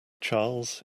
charles